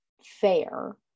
fair